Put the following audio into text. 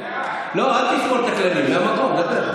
לא, אל תשבור את הכללים, מהמקום.